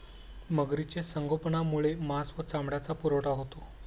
मगरीचे संगोपनामुळे मांस आणि चामड्याचा पुरवठा होतो